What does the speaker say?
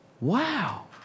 Wow